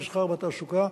המסחר והתעסוקה,